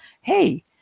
hey